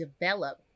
develop